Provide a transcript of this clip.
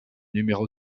numéro